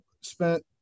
spent